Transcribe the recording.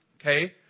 okay